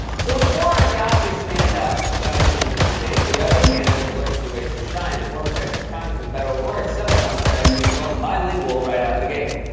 so, with warren the obvious standout coming into this debate, the other candidates were looking for ways to shine, and former texas congressman beto o'rourke settled on a strategy of going bilingual right out of the gate.